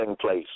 place